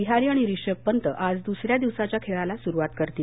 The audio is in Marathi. विहारी आणि रिषभ पंत आज दुसऱ्या दिवसाच्या खेळाला सुरुवात करतील